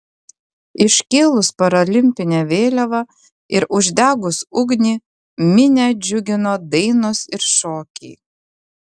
iškėlus paralimpinę vėliavą ir uždegus ugnį minią džiugino dainos ir šokiai